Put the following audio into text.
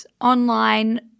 online